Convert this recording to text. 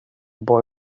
boy